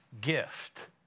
gift